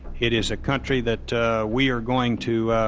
it is a country that we are going to